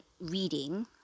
reading